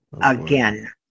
again